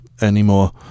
anymore